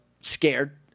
scared